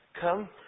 come